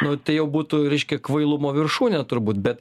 nu tai jau būtų reiškia kvailumo viršūnė turbūt be